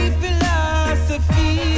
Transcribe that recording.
philosophy